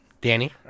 Danny